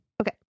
Okay